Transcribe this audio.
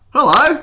Hello